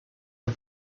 and